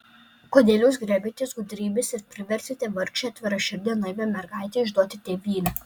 kodėl jūs griebėtės gudrybės ir privertėte vargšę atviraširdę naivią mergaitę išduoti tėvynę